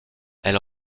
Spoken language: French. elle